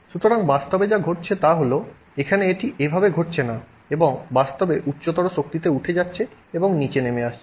সুতরাং বাস্তবে যা ঘটছে তা হল এখানে এটি এভাবে ঘটছে না এবং বাস্তবে উচ্চতর শক্তিতে উঠে যাচ্ছে এবং নীচে নেমে আসছে